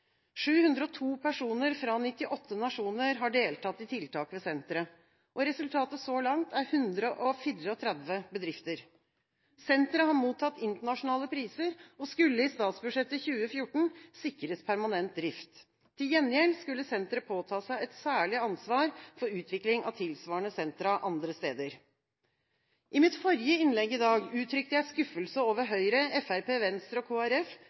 702 personer fra 98 nasjoner har deltatt i tiltak ved senteret. Resultatet så langt er 134 bedrifter. Senteret har mottatt internasjonale priser og skulle i statsbudsjettet for 2014 sikres permanent drift. Til gjengjeld skulle senteret påta seg et særlig ansvar for utvikling av tilsvarende sentre andre steder. I mitt forrige innlegg i dag uttrykte jeg skuffelse over Høyre, Fremskrittspartiet, Venstre og